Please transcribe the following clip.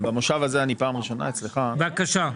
שבמושב הזה אני פעם ראשונה אצלך --- גפני,